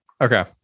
Okay